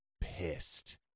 pissed